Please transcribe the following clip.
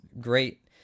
great